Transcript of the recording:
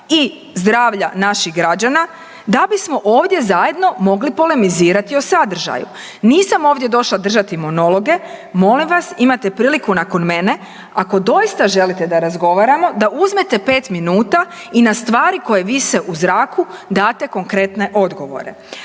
i zdravlja naših građana da bismo ovdje zajedno mogli polemizirati o sadržaju. Nisam ovdje došla držati monologe, molim vas imate priliku nakon mene ako doista želite da razgovaramo da uzmete 5 minuta i na stvari koje vise u zraku date konkretne odgovore.